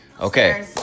Okay